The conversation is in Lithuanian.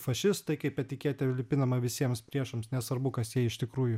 fašistai kaip etiketė užlipinama visiems priešams nesvarbu kas jie iš tikrųjų